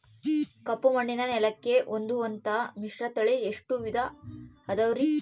ಕಪ್ಪುಮಣ್ಣಿನ ನೆಲಕ್ಕೆ ಹೊಂದುವಂಥ ಮಿಶ್ರತಳಿ ಎಷ್ಟು ವಿಧ ಅದವರಿ?